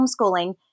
homeschooling